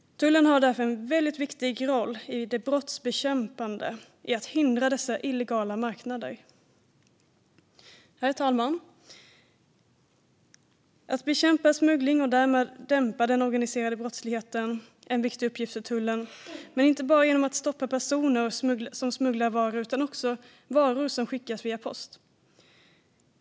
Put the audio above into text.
Tullen har därför en väldigt viktig brottsbekämpande roll i att hindra dessa illegala marknader. Herr talman! Att bekämpa smuggling och därmed dämpa den organiserade brottsligheten är en viktig uppgift för tullen, men inte bara genom att stoppa personer som smugglar varor utan också genom att stoppa varor som skickas via post.